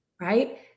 right